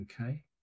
Okay